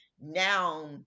Now